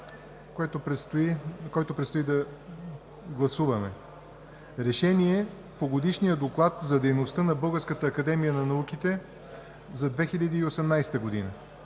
който предстои да гласуваме: „Проект! РЕШЕНИЕ по Годишния доклад за дейността на Българската академия на науките за 2018 г.